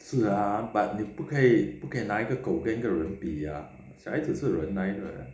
是啊 but 你不可以不可以拿一个狗跟一个人比呀小孩子是人来的